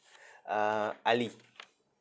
uh ali